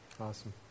Awesome